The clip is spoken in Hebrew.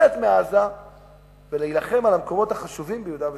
לצאת מעזה ולהילחם על המקומות החשובים ביהודה ושומרון.